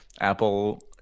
Apple